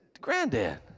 granddad